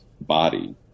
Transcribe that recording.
body